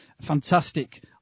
fantastic